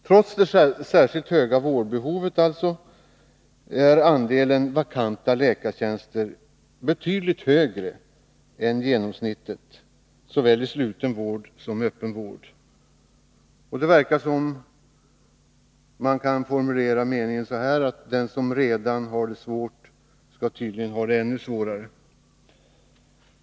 Trots det särskilt höga vårdbehovet är alltså andelen vakanta läkartjänster betydligt högre än genomsnittet såväl i sluten som i öppen vård. Det verkar som om man skulle kunna formulera meningen så här: Den som redan har det svårt skall tydligen få det ännu svårare.